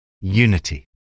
Unity